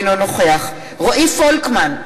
אינו נוכח רועי פולקמן,